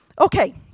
Okay